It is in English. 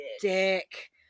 dick